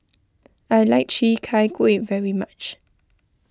I like Chi Kak Kuih very much